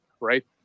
right